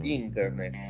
internet